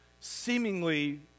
seemingly